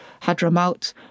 Hadramaut